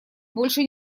больше